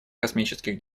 космических